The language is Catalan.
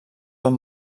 van